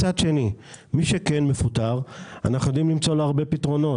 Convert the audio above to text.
12:54) מצד שני מי שכן מפוטר אנחנו יודעים למצוא לו הרבה פתרונות.